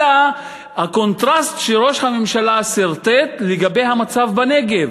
אלא את הקונטרסט שראש הממשלה סרטט לגבי המצב בנגב.